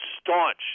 staunch